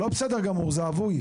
זה לא בסדר גמור, זה אבוי.